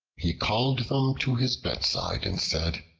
he called them to his bedside and said,